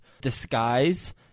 disguise